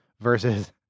versus